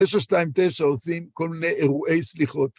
929 עושים כל מיני אירועי סליחות.